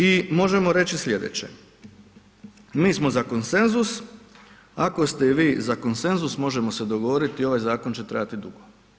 I možemo reći sljedeće, mi smo za konsenzus ako ste i vi za konsenzus, možemo se dogovoriti, i ovaj zakon će trajati dugo.